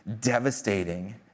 devastating